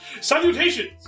Salutations